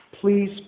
Please